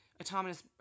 autonomous